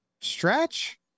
stretch